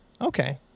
okay